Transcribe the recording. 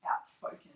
outspoken